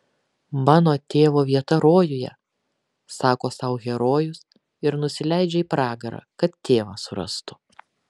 mano tėvo vieta rojuje sako sau herojus ir nusileidžia į pragarą kad tėvą surastų